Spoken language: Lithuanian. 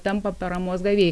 tampa paramos gavėj